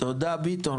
תודה ביטון,